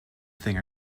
thing